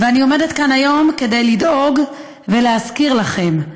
ואני עומדת כאן היום כדי לדאוג ולהזכיר לכם,